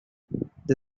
the